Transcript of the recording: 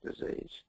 disease